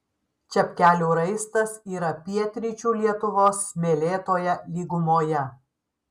čepkelių raistas yra pietryčių lietuvos smėlėtoje lygumoje